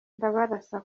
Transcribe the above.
ndabarasa